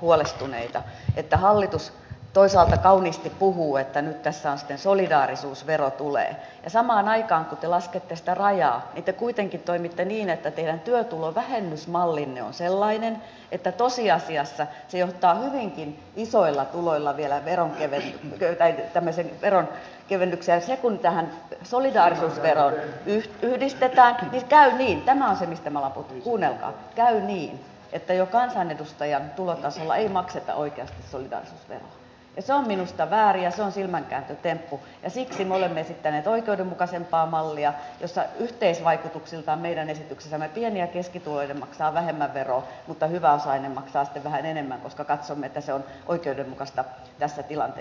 huolestuneita siitä että hallitus toisaalta kauniisti puhuu että nyt tässä solidaarisuusvero tulee ja samaan aikaan kun te laskette sitä rajaa niin te kuitenkin toimitte niin että teidän työtulovähennysmallinne on sellainen että tosiasiassa se johtaa hyvinkin isoilla tuloilla vielä tämmöiseen veronkevennykseen ja se kun tähän solidaarisuusveroon yhdistetään niin käy niin tämä on se mistä me olemme puhuneet kuunnelkaa että jo kansanedustajan tulotasolla ei makseta oikeasti solidaarisuusveroa ja se on minusta väärin ja se on silmänkääntötemppu ja siksi me olemme esittäneet oikeudenmukaisempaa mallia jossa yhteisvaikutuksiltaan meidän esityksessämme pieni ja keskituloinen maksavat vähemmän veroa mutta hyväosainen maksaa sitten vähän enemmän koska katsomme että se on oikeudenmukaista tässä tilanteessa